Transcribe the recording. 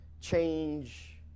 change